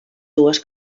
dues